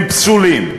היא פסולה,